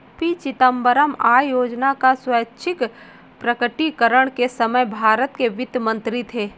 P Chidambaram आय योजना का स्वैच्छिक प्रकटीकरण के समय भारत के वित्त मंत्री थे